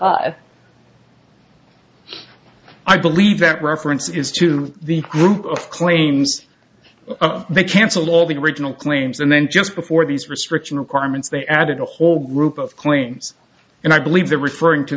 of i believe that reference is to the group of claims they cancel all the original claims and then just before these restriction requirements they added a whole group of claims and i believe they're referring to